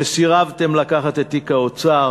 שסירבתם לקחת את תיק האוצר,